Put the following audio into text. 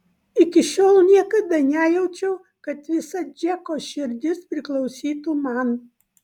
iki šiol niekada nejaučiau kad visa džeko širdis priklausytų man